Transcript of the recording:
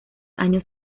años